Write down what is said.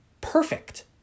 perfect